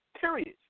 period